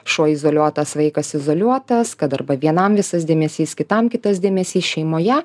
šuo izoliuotas vaikas izoliuotas kad arba vienam visas dėmesys kitam kitas dėmesys šeimoje